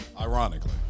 Ironically